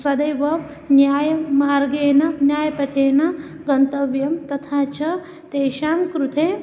सदैव न्यायमार्गेण न्यायपथेन गन्तव्यं तथा च तेषां कृते